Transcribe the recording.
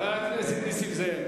חבר הכנסת נסים זאב.